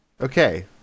Okay